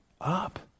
up